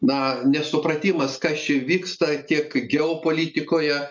na nesupratimas kas čia vyksta tiek geopolitikoje